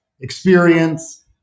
experience